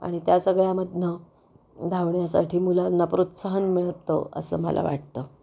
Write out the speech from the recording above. आणि त्या सगळ्यामधून धावण्यासाठी मुलांना प्रोत्साहन मिळतं असं मला वाटतं